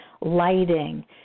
lighting